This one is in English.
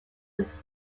his